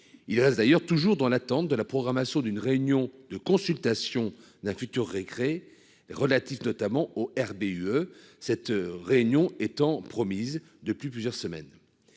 Il reste d'ailleurs toujours dans l'attente de la programmation d'une réunion de consultation d'un futur récré relatifs notamment au RB UE cette réunion étant promise depuis plusieurs semaines.